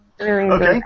Okay